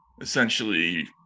essentially